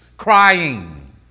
crying